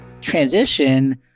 transition